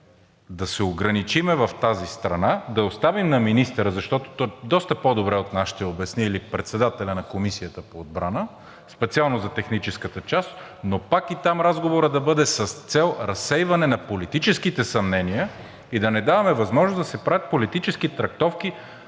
да се ограничим в тази страна, да я оставим на министъра, защото той доста по-добре от нас ще обясни, или председателят на Комисията по отбрана – специално за техническата част, но пак и там разговорът да бъде с цел разсейване на политическите съмнения и да не даваме възможност да се правят политически трактовки